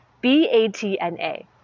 B-A-T-N-A